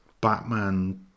Batman